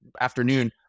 afternoon